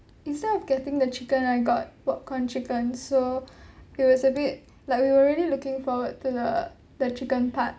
instead of getting the chicken I got popcorn chicken so it was a bit like we were really looking forward to the the chicken part